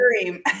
dream